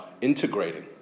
integrating